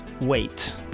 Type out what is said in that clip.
Wait